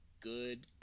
good